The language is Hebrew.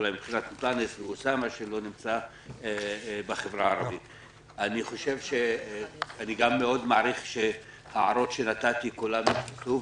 אני מקווה שההערות שנתתי נכתבו,